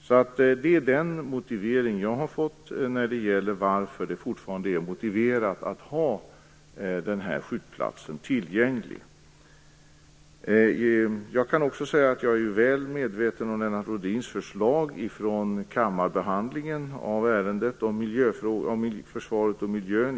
Detta är den motivering som jag har fått till att det fortfarande är befogat att ha den här skjutplatsen tillgänglig. Jag är också väl medveten om Lennart Rohdins förslag från kammarbehandlingen av ärendet om försvaret och miljön.